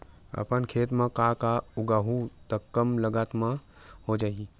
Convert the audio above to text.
अपन खेत म का का उगांहु त कम लागत म हो जाही?